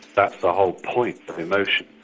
that's the whole point of emotion.